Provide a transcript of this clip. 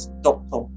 doctor